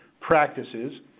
practices